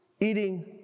eating